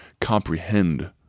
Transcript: comprehend